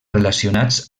relacionats